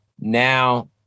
now